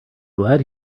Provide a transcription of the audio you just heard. glad